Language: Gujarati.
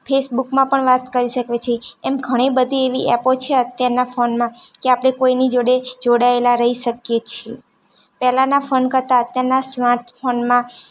ફેસબુકમાં પણ વાત કરી શકીએ છીએ એમ ઘણી બધી એવી એપો છે અત્યારના ફોનમાં કે આપણે કોઇની જોડે જોડાયેલા રહી શકીએ છીએ પેહલાંના ફોન કરતાં અત્યારના સ્માટ ફોનમાં